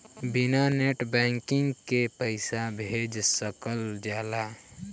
बिना net banking के पईसा भेज सकल जाला?